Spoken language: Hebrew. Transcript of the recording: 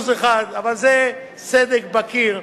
1%. אבל זה סדק בקיר.